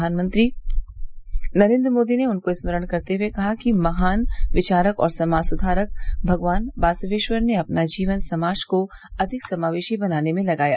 प्रधानमंत्री नरेन्द्र मोदी ने उनको स्मरण करते हए कहा कि महान विचारक और समाज सुधारक भगवान बासवेश्वर ने अपना जीवन समाज को अधिक समावेशी बनाने में लगाया